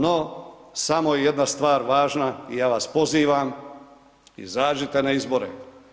No samo je jedna stvar važna i ja vas poziva,, izađite na izbore.